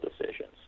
decisions